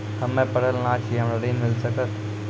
हम्मे पढ़ल न छी हमरा ऋण मिल सकत?